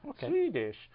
Swedish